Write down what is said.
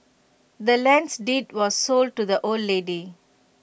the land's deed was sold to the old lady